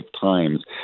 times